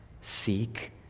seek